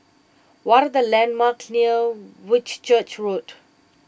what are the landmarks near Whitchurch Road